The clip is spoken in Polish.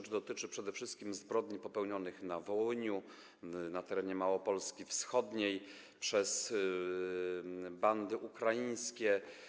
Chodzi przede wszystkim o zbrodnie popełnione na Wołyniu, na terenie Małopolski Wschodniej przez bandy ukraińskie.